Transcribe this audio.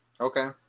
Okay